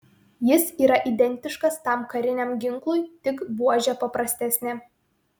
jis yra identiškas tam kariniam ginklui tik buožė paprastesnė